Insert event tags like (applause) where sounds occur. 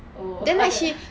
oh what the (laughs)